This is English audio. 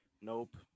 Nope